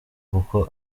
kuko